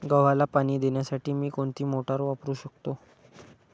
गव्हाला पाणी देण्यासाठी मी कोणती मोटार वापरू शकतो?